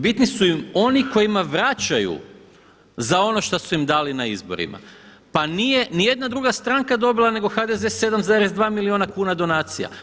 Bitni su im oni kojima vraćaju za ono što su im dali na izborima, pa nije ni jedna druga stranka dobila nego HDZ 7,2 milijuna kuna donacija.